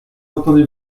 entendez